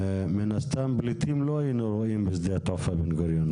מן הסתם לא היינו רואים פליטים בשדה התעופה בן גוריון.